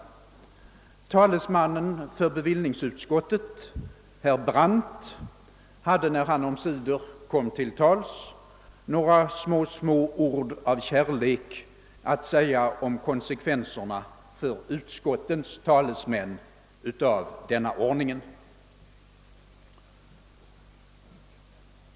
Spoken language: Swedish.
Talesmannen för bevillningsutskottet, herr Brandt, hade när han omsider kom till tals några små, små ord av kärlek att säga om konsekvenserna av denna ordning för utskottets talesmän.